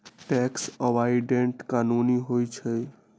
tax avoidance कानूनी होइ छइ